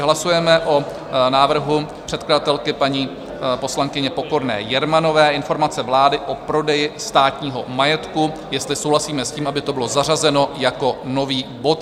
Hlasujeme o návrhu předkladatelky, paní poslankyně Pokorné Jermanové informace vlády o prodeji státního majetku, jestli souhlasíme nejdříve s tím, aby to bylo zařazeno jako nový bod.